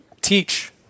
teach